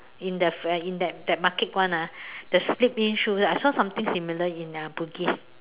in the f~ uh in the the market one lah the slip in shoe I saw something similar in uh Bugis